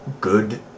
good